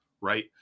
right